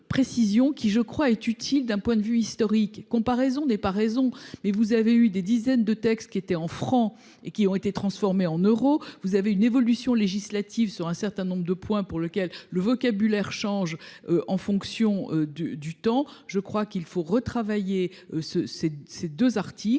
qui je crois est utile. D'un point de vue historique. Comparaison des pas raison mais vous avez eu des dizaines de textes qui étaient en francs et qui ont été transformés en euros, vous avez une évolution législative sur un certain nombre de points pour lequel le vocabulaire change en fonction du, du temps je crois qu'il faut retravailler ce, ces, ces